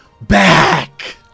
back